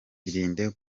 irinde